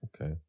okay